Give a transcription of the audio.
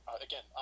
again